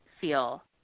feel